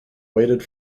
waited